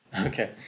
Okay